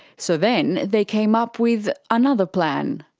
so then they came up with another plan.